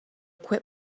quit